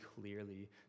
clearly